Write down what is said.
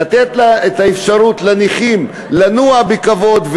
לתת את האפשרות לנכים לנוע בכבוד,